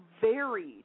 varied